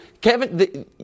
Kevin